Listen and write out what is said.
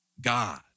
God